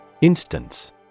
Instance